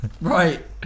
Right